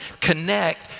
connect